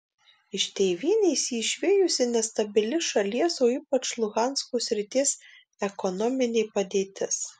iš tėvynės jį išvijusi nestabili šalies o ypač luhansko srities ekonominė padėtis